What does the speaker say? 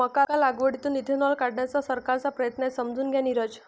मका लागवडीतून इथेनॉल काढण्याचा सरकारचा प्रयत्न आहे, समजून घ्या नीरज